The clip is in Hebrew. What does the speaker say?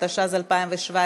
התשע"ז 2017,